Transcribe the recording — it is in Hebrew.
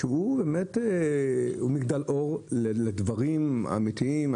שהוא מגדלור לדברים אמיתיים.